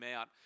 out